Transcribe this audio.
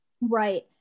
Right